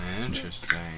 Interesting